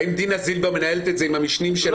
האם דינה זילבר מנהלת את זה עם המשנים של